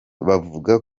bavuga